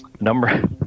Number